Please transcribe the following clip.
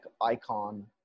icon